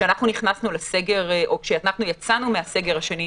כשנכנסנו לסגר או כשיצאנו מהסגר השני,